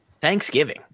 thanksgiving